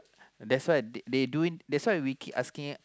that's why uh they doing that's why we keep asking ah